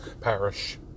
Parish